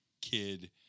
kid